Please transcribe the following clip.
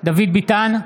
דוד ביטן,